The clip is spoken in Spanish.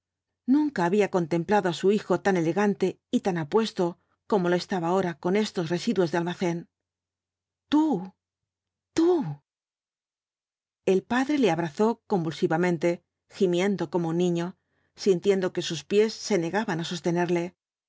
nunca había contemplado á su hijo tan elegante y apuesto como lo estaba ahora con estos residuos de almacén tú tú el padre le abrazó convulsivamente gimiendo como un niño sintiendo que sus pies se negaban á sostenerle